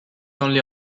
only